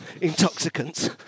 intoxicants